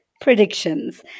Predictions